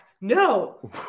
No